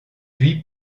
huit